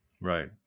Right